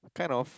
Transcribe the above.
kind of